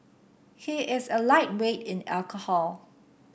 he is a lightweight in alcohol